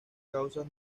causas